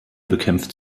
bekämpft